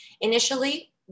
Initially